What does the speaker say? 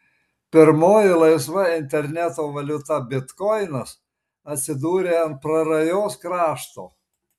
pirmoji laisva interneto valiuta bitkoinas atsidūrė ant prarajos krašto